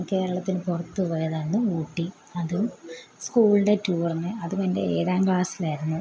കേരളത്തിന് പുറത്ത് പോയതാണ് ഊട്ടി അതും സ്കൂളിൻ്റെ ടൂറിന് അത് എൻ്റെ ഏഴാം ക്ലാസ്സിലായിരുന്നു